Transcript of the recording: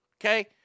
Okay